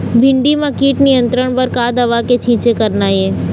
भिंडी म कीट नियंत्रण बर का दवा के छींचे करना ये?